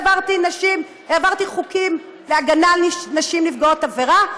והעברתי חוקים להגנה על נשים נפגעות עבירה,